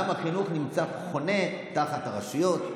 גם החינוך חונה תחת הרשויות,